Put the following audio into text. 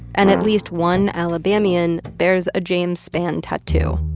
and at least one alabamian bears a james spann tattoo,